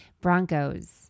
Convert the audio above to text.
Broncos